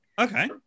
Okay